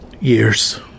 Years